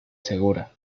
segura